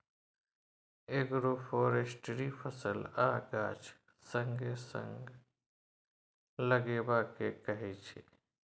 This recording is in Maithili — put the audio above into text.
एग्रोफोरेस्ट्री फसल आ गाछ संगे संग लगेबा केँ कहय छै